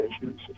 issues